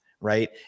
right